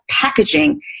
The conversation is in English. packaging